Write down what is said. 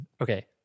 okay